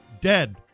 dead